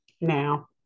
Now